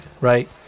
Right